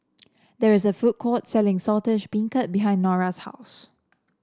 there is a food court selling Saltish Beancurd behind Norah's house